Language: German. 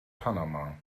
panama